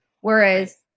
Whereas